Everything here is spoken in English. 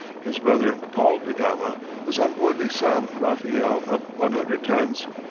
his brother paul da gama was on board the sam-raphael of one hundred tons.